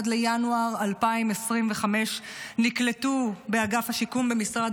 עד ינואר 2025 נקלטו באגף השיקום במשרד